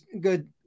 good